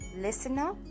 Listener